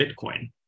Bitcoin